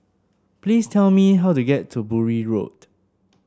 please tell me how to get to Bury Road